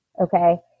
Okay